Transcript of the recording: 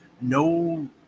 no